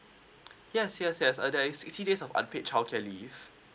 yes yes yes uh there is sixty days of unpaid childcare leave